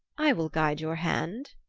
i will guide your hand,